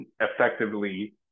effectively